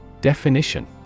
definition